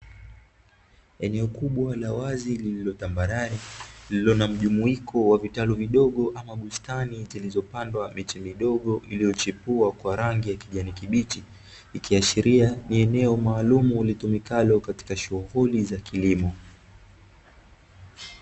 Eneo kubwa la wazi lililotambarare, lililo na mjumuiko wa vitalu vidogo ama bustani zilizopandwa miche midogo iliyochipua kwa rangi ya kijani kibichi, ikiashiria eneo maalumu litumikalo katika shughuli za kilimo.